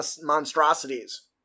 monstrosities